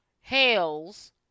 hails